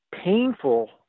painful